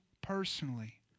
personally